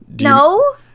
No